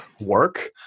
work